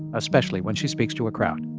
especially when she speaks to a crowd.